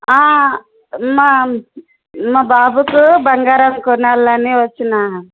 మా మా బాబుకు బంగారం కొనాలని వచ్చిన